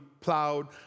plowed